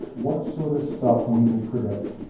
what sort of stuff we can predict.